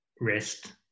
rest